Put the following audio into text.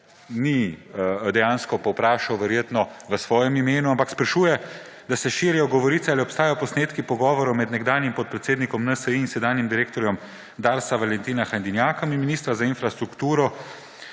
ni dejansko povprašal verjetno v svojem imenu, ampak sprašuje, da se širijo govorice, ali obstajajo posnetki pogovorov med nekdanjim podpredsednikom NSi in sedanjim direktorjem Darsa Valentinom Hajdinjakom in ministra za infrastrukturo,